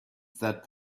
that